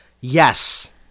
Yes